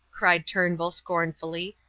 cried turnbull, scornfully,